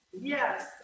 Yes